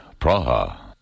Praha